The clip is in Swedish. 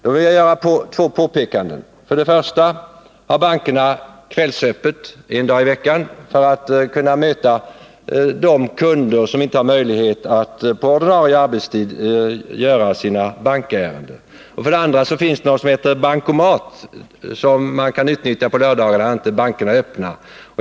Jag vill göra två påpekanden. För det första har bankerna kvällsöppet en dag i veckan för att kunna möta de kunder som inte har möjlighet att på ordinarie arbetstid uträtta sina bankärenden. För det andra finns det något som heter Bankomat som man kan utnyttja på lördagar när inte bankerna är öppna.